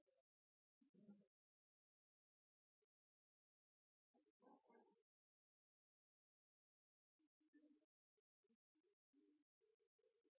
bra.